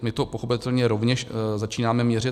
My to pochopitelně rovněž začínáme měřit.